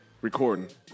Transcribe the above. recording